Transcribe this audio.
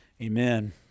Amen